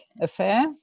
affair